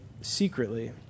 secretly